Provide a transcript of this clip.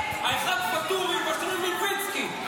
האחד ואטורי והשני מלביצקי,